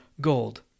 gold